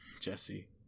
Jesse